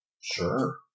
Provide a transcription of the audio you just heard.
Sure